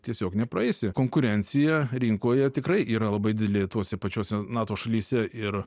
tiesiog nepraeisi konkurencija rinkoje tikrai yra labai didelė tose pačiose nato šalyse ir